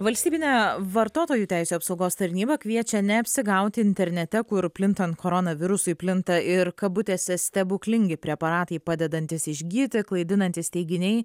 valstybinė vartotojų teisių apsaugos tarnyba kviečia neapsigauti internete kur plintant koronavirusui plinta ir kabutėse stebuklingi preparatai padedantys išgyti klaidinantys teiginiai